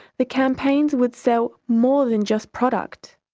the campaigns would sell more than just product,